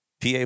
PA